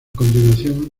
continuación